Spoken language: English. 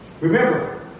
Remember